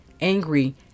angry